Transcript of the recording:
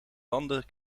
landen